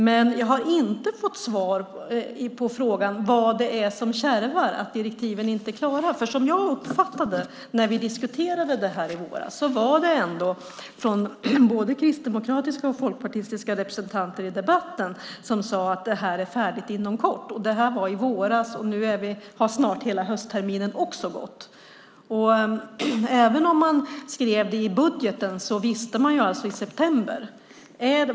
Men jag har inte fått svar på frågan vad det är som kärvar, varför direktiven inte är klara. När vi diskuterade det här i våras var det både kristdemokratiska och folkpartistiska representanter i debatten som sade att det här är färdigt inom kort. Det var i våras. Nu har snart hela höstterminen också gått. Även om man skrev det i budgeten visste man det i september.